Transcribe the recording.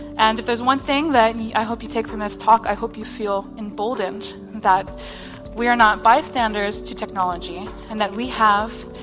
and if there's one thing that and i hope you take from this talk, i hope you feel emboldened that we are not bystanders to technology and that we have